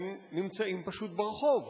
והם נמצאים פשוט ברחוב.